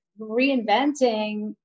reinventing